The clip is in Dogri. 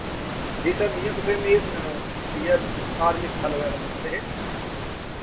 जी सर जि'यां तुसें मिगी इ'यै धार्मिक स्थल बारै सनाऽ दे हे